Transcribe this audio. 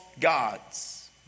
gods